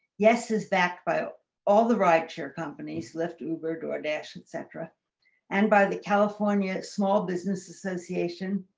yes. is that bio all the rideshare companies lyft uber doordash etc and by the california small business association,